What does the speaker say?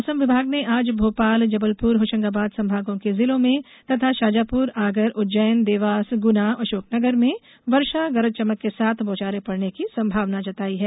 मौसम विभाग ने आज भोपाल जबलपुर होशंगाबाद संभागों के जिलों मे तथा शाजापुर आगर उज्जैन देवास गुना अशोकनगर में वर्षा गरज चमक के साथ बौछारें पड़ने की संभावना जताई है